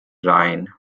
rhine